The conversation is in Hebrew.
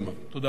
תודה רבה.